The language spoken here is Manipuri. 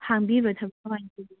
ꯍꯥꯡꯕꯤꯕ꯭ꯔꯥ ꯊꯕꯛ